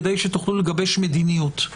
כדי שתוכלו לגבש מדיניות,